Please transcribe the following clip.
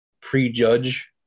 prejudge